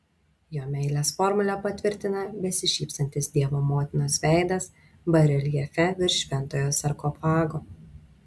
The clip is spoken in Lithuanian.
jo meilės formulę patvirtina besišypsantis dievo motinos veidas bareljefe virš šventojo sarkofago